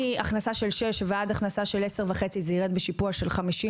מהכנסה של שש ועד הכנסה של עשר וחצי זה ירד בשיפוע של 50